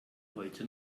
heute